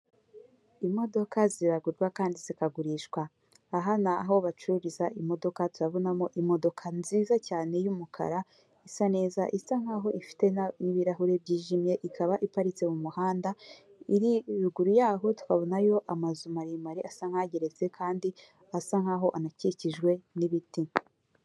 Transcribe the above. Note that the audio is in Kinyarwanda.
Imodoka ziragurwa kandi zikagurishwa. Aha ni aho bacururiza imodoka, turabonamo imodoka nziza cyane y'umukara isa neza isa nkaho ifite n'ibirahure byijimye, ikaba iparitse mu muhanda, iri ruguru yaho twabonayo amazu maremare asa nka geretse kandi asa nkaho anakikijwe ni'ibiti.